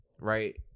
right